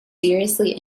seriously